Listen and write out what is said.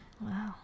Wow